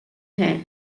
her